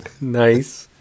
Nice